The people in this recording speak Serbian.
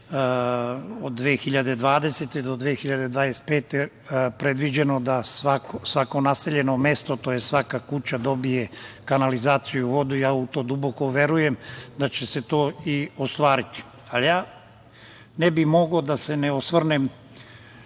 do 2025. godine predviđeno da svako naseljeno mesto, tj. svaka kuća dobije kanalizaciju i vodu. Ja u to duboko verujem da će se to i ostvariti. Ja ne bih mogao da se ne osvrnem